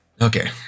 Okay